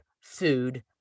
food